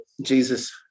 Jesus